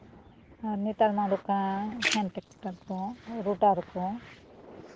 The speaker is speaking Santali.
ᱱᱮᱛᱟᱨ ᱢᱟ ᱩᱰᱩᱠ ᱠᱟᱱ ᱦᱮᱱ ᱴᱨᱟᱠᱴᱟᱨ ᱠᱚ ᱨᱳᱴᱟᱨ ᱠᱚ